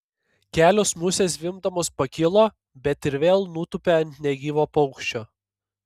kelios musės zvimbdamos pakilo bet ir vėl nutūpė ant negyvo paukščio